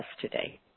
today